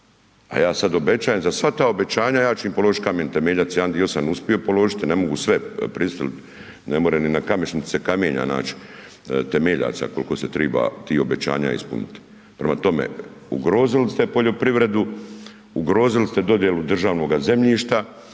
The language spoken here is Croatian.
a ja sam obećanjem, za sva ta obećanja, ja ću im položiti kamen temeljac, jedan dio sam uspio položiti, ne mogu sve, ne može ni na Kamešnici kamenja naći temeljaca koliko se treba tih obećanja ispuniti. Prema tome, ugrozili ste poljoprivredu, ugrozili ste dodjelu državnoga zemljišta,